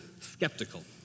skeptical